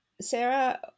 Sarah